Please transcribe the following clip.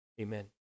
Amen